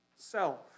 Self